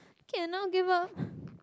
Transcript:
cannot give up